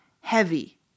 heavy